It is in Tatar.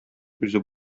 үзе